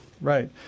Right